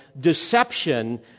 deception